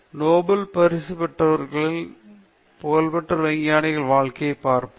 Nobel பரிசு வென்றவர்கள் மற்றும் புகழ்பெற்ற விஞ்ஞானிகளின் வாழ்க்கையை பார்ப்போம்